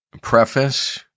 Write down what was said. preface